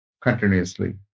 continuously